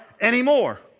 anymore